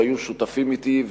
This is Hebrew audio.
שהיו שותפים אתי,